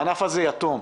הענף הזה יתום.